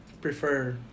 prefer